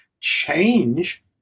change